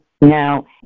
now